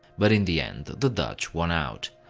but in the end the dutch won out.